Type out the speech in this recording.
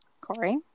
Corey